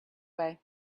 way